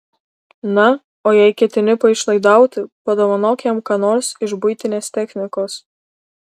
na o jei ketini paišlaidauti padovanok jam ką nors iš buitinės technikos